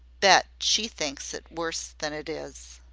bet, she thinks it worse than it is.